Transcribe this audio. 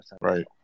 Right